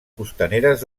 costaneres